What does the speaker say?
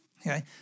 Okay